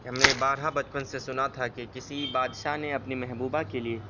کہ ہم نے بارہا بچپن سے سنا تھا کہ کسی بادشاہ نے اپنی محبوبہ کے لیے